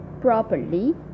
properly